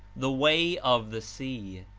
the way of the sea.